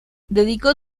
dedicó